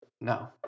no